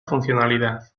funcionalidad